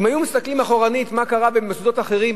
אם היו מסתכלים אחורנית מה קרה במוסדות אחרים,